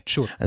Sure